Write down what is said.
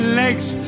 legs